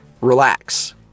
relax